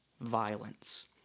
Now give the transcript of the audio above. violence